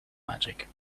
magic